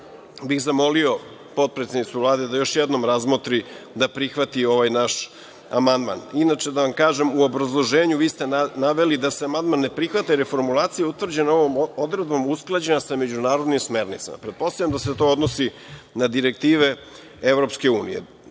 bih zamolio potpredsednicu Vlade da još jednom razmotri da prihvati ovaj naš amandman. Inače, da vam kažem u obrazloženju vi ste naveli da se amandman ne prihvata jer je formulacija utvrđena ovom odredbom usklađena sa međunarodnim smernicama. Pretpostavljam da se to odnosi na direktive EU. Što se